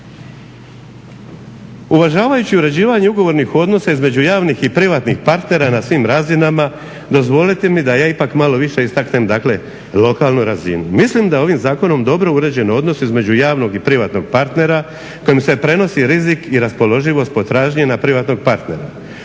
Uvažavajuće uređivanje ugovornih odnosa između javnih i privatnih partnera na svim razinama dozvolite mi da ja ipak malo više istaknem lokalnu razinu. Mislim da ovim zakonom dobro uređen odnos između javnog i privatnog partnera kojim se prenosi rizik i raspoloživost potražnje na privatnog partnera.